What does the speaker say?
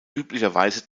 üblicherweise